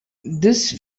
this